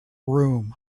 room